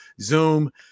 zoom